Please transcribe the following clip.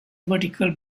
vertical